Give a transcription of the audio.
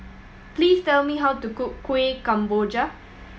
please tell me how to cook Kuih Kemboja